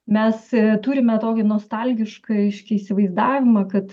mes turime tokį nostalgišką aiškia įsivaizdavimą kad